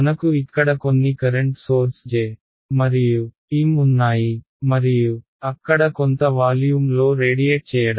మనకు ఇక్కడ కొన్ని కరెంట్ సోర్స్ J మరియు M ఉన్నాయి మరియు అక్కడ కొంత వాల్యూమ్లో రేడియేట్ చేయడం